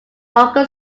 uncle